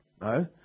No